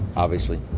obviously.